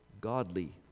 godly